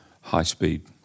high-speed